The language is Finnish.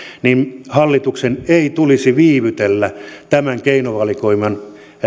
joten hallituksen ei tulisi viivytellä tämän keinovalikoiman